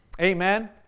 Amen